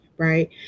right